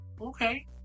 Okay